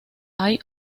hay